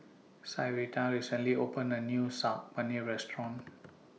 Syreeta recently opened A New Saag Paneer Restaurant